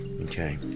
Okay